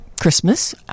Christmas